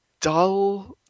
dull